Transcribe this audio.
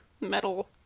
metal